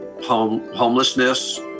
homelessness